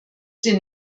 den